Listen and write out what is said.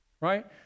right